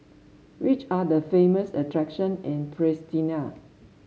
which are the famous attraction in Pristina